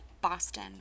boston